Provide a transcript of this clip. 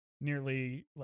nearly